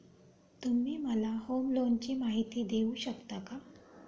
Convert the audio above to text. तुम्ही मला होम लोनची माहिती देऊ शकता का?